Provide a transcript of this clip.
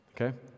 okay